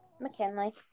McKinley